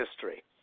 history